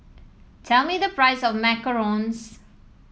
tell me the price of Macarons